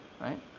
right